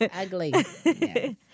ugly